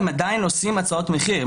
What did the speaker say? הן עדיין עושות הצעות מחיר,